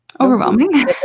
Overwhelming